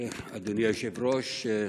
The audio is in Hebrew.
אדוני היושב-ראש,